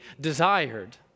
desired